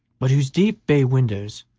but whose deep bay-windows,